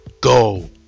go